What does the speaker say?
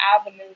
avenue